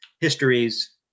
histories